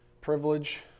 privilege